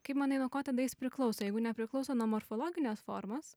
kaip manai nuo ko tada jis priklauso jeigu nepriklauso nuo morfologinės formos